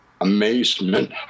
amazement